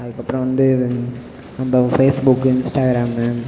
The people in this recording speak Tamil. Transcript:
அதுக்கப்புறம் வந்து நம்ம ஃபேஸ்புக்கு இன்ஸ்டாக்ராமு